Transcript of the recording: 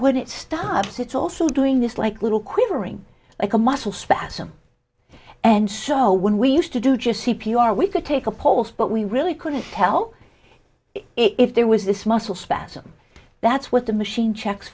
when it stops it's also doing this like little quivering like a muscle spasm and so when we used to do just c p r we could take a post but we really couldn't tell if there was this muscle spasm that's what the machine checks